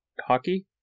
hockey